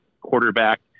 quarterback